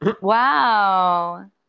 Wow